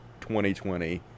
2020